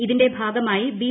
ഇതിന്റെ ഭാഗമായി ബി